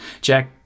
Jack